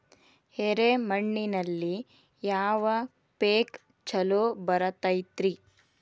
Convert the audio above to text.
ಎರೆ ಮಣ್ಣಿನಲ್ಲಿ ಯಾವ ಪೇಕ್ ಛಲೋ ಬರತೈತ್ರಿ?